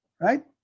right